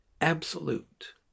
absolute